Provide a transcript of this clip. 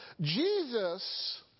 Jesus